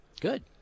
Good